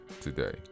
today